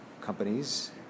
companies